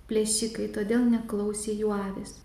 plėšikai todėl neklausė jų avys